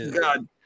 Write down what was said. god